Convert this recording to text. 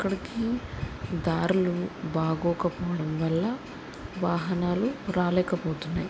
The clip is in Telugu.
అక్కడికి దారులు బాగోకపోవడం వల్ల వాహనాలు రాలేకపోతున్నాయి